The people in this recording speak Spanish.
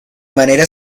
manera